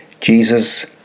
Jesus